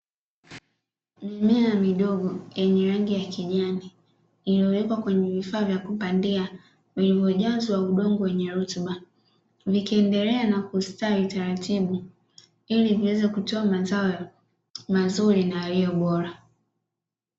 Mimea midogo yenye rangi ya kijani iliyowekwa kwenye vifaa vya kupandia vilivyojazwa udongo wenye rutuba vikiendelea na kustawi taratibu ili viweze kutoa mazao mazuri na yaliyo bora.